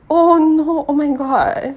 oh no oh my god